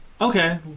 Okay